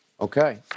Okay